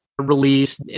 Release